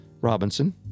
Robinson